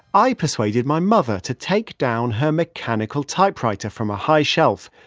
i persuaded my mother to take down her mechanical typewriter from a high shelf,